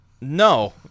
No